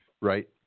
right